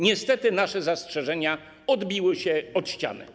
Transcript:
Niestety nasze zastrzeżenia odbiły się od ściany.